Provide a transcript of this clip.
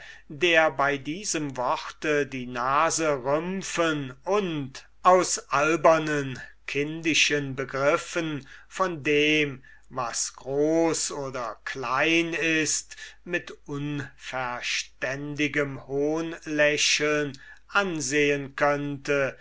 der bei diesem worte die nase rümpfen und aus albernen kindischen begriffen von dem was groß oder klein ist mit unverständigem hohnlächeln ansehen kann